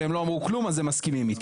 הם לא אמרו כלום אז הם מסכימים איתי.